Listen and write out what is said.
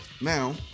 Now